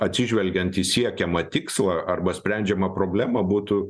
atsižvelgiant į siekiamą tikslą arba sprendžiamą problemą būtų